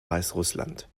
weißrussland